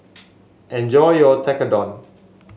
enjoy your Tekkadon